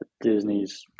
Disney's